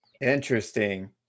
Interesting